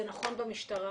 זה נכון במשטרה